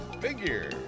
Figure